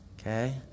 Okay